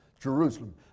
Jerusalem